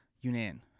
Yunnan